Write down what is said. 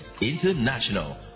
International